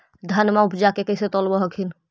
धनमा उपजाके कैसे तौलब हखिन?